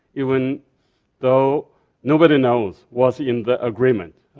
even though nobody knows what's in the agreement.